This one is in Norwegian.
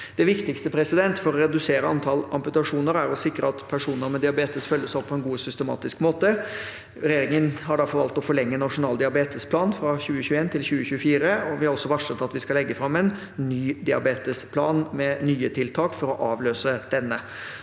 Det viktigste for å redusere antall amputasjoner er å sikre at personer med diabetes følges opp på en god og systematisk måte. Regjeringen har derfor valgt å forlenge Nasjonal diabetesplan fra 2021 til 2024, og vi har også varslet at vi skal legge fram en ny diabetesplan med nye tiltak for å avløse denne.